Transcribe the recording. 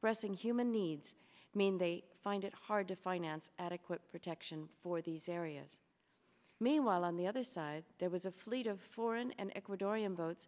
pressing human needs mean they find it hard to finance adequate protection for these areas meanwhile on the other side there was a fleet of foreign and ecuadorian boats